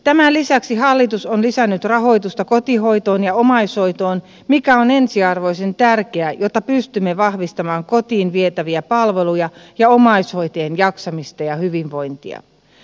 tämän lisäksi hallitus on lisännyt rahoitusta kotihoitoon ja omaishoitoon mikä on ensiarvoisen tärkeää jotta pystymme vahvistamaan kotiin vietäviä palveluja ja omaishoitajien jaksamista ja hyvinvointia